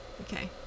Okay